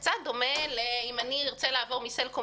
זה קצת דומה למקרה שאני ארצה לעבור מסלקום